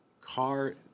car